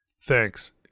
Thanks